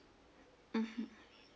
mmhmm